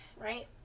right